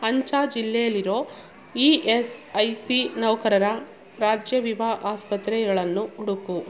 ಅಂಚಾ ಜಿಲ್ಲೆಲ್ಲಿರೋ E S I C ನೌಕರರ ರಾಜ್ಯ ವಿಮಾ ಆಸ್ಪತ್ರೆಗಳನ್ನು ಹುಡುಕು